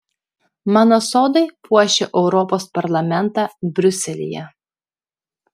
mano sodai puošia europos parlamentą briuselyje